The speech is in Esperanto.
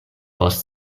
post